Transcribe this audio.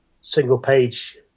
single-page